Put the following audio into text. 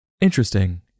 Interesting